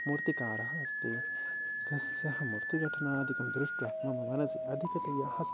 मूर्तिकारः अस्ति तस्य मूर्तिघटनादिकं दृष्ट्वा मम मनसि अधिकतया